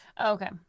Okay